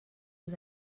was